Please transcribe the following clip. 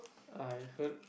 I heard